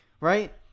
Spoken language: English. Right